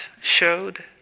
showed